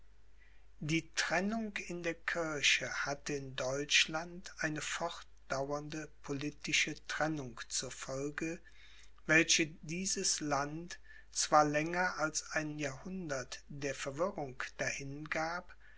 die trennung in der kirche hatte in deutschland eine fortdauernde politische trennung zur folge welche dieses land zwar länger als ein jahrhundert der verwirrung dahingab